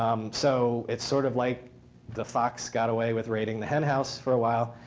um so it's sort of like the fox got away with raiding the henhouse for a while.